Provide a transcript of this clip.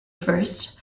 first